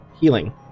Healing